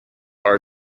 are